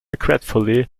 regretfully